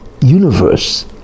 universe